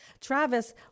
Travis